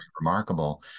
remarkable